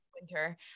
winter